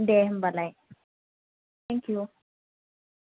दे होनबालाय थेंकिउ